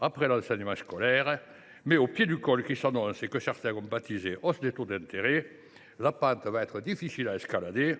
après l’enseignement scolaire. Mais, au pied du col qui s’annonce, que certains ont baptisé « hausse des taux d’intérêt », la pente va être difficile à escalader.